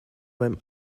beim